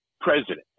president